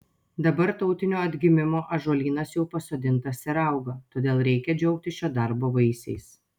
dabar tautinio atgimimo ąžuolynas jau pasodintas ir auga todėl reikia džiaugtis šio darbo vaisiais